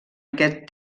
aquest